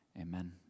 amen